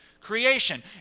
creation